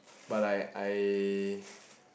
but like I